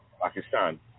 Pakistan